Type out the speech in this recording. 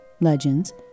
legends